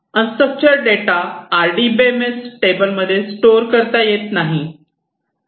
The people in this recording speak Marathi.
अन structured data R D B M S table मध्ये स्टोअर करता येत नाही